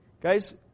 Guys